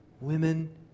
Women